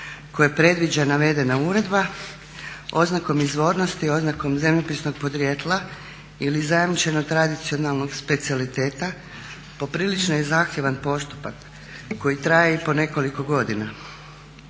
koje predviđa navedena uredba oznakom izvornosti, oznakom zemljopisnog podrijetla ili zajamčenog tradicionalnog specijaliteta poprilično je zahtjevan postupak koji traje i po nekoliko godina